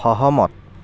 সহমত